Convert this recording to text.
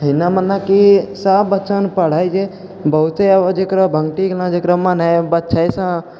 एहिना मनेकि सभबच्चा नि पढ़ै छै बहुतो अब जकरो भङ्गठि गेलौँ जकरो नही अबै छौँ जाहिसँ